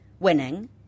Winning